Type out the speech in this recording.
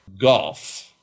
golf